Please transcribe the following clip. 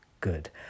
good